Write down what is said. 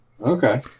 Okay